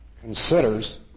considers